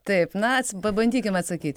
taip na pabandykim atsakyti